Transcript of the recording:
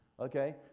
Okay